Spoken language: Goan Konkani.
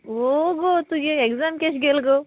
वो गो तूं ये एग्जाम कॅश गेल गो